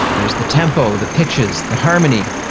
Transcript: there's the tempo, the pitches, the harmony.